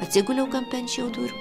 atsiguliau kampe ant šiaudų ir